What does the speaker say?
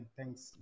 Thanks